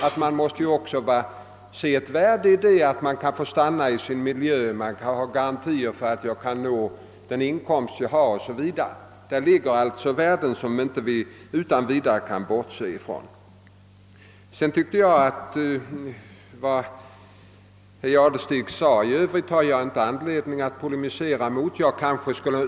Det ligger också ett väsentligt värde i att en handikappad får stanna i sin miljö, har garantier för att få behålla sin inkomst o. s. v. Häri ligger värden som vi inte utan vidare kan bortse från. Vad herr Jadestig sade i övrigt har jag inte anledning att polemisera mot.